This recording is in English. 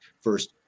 first